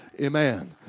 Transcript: Amen